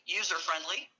user-friendly